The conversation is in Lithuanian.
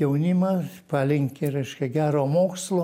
jaunimą palinki reiškia gero mokslo